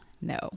No